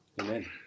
Amen